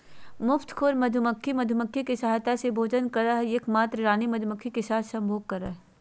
मुफ्तखोर मधुमक्खी, मधुमक्खी के सहायता से ही भोजन करअ हई, एक मात्र काम रानी मक्खी के साथ संभोग करना हई